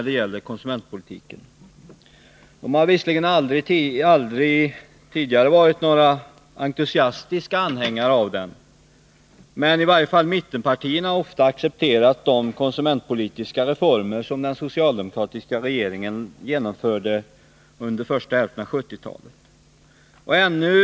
De borgerliga har visserligen inte heller tidigare varit några entusiastiska stödjare av konsumentintresset. Men mittenpartierna accepterade ofta de konsumentpolitiska reformer som den socialdemokratiska regeringen genomförde under första hälften av 1970-talet.